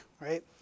right